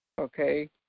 okay